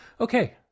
Okay